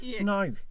no